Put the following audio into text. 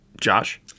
Josh